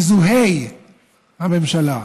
מזוהי-הממשלה.